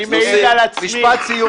משפט סיום.